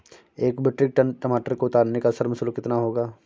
एक metric ton टमाटर को उतारने का श्रम शुल्क कितना होगा?